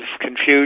confusion